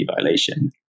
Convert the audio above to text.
violation